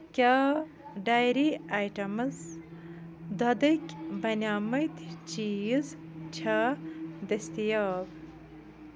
کیٛاہ dairy items دۄدٕکۍ بَنیمٕتۍ چیٖز چھےٚ دٔستیاب